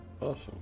Awesome